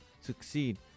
succeed